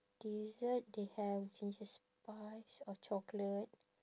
dessert they have ginger spice or chocolate